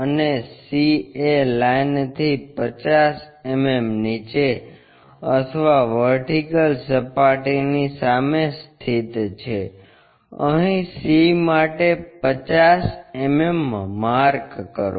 અને c એ લાઇનથી 50 mm નીચે અથવા વર્ટિકલ સપાટીની સામે સ્થિત છે અહીં c માટે 50 mm માર્ક કરો